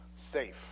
safe